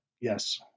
Yes